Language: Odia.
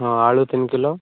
ହଁ ଆଳୁ ତିନି କିଲୋ